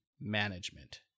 management